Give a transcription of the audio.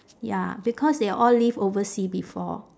ya because they all live overseas before